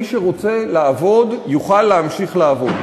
מי שרוצה לעבוד יוכל להמשיך לעבוד,